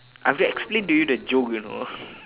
I have to explain to you the joke you know